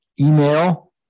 email